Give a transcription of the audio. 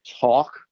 talk